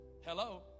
Hello